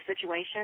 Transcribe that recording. situation